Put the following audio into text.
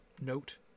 note